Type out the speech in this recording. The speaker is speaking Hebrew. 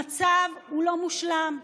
המצב לא מושלם,